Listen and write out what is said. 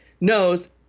knows